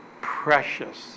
precious